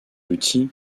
outils